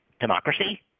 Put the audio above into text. democracy